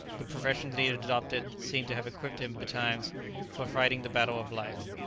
the profession that he had adopted seemed to have equipped him betimes for fighting the battle of life.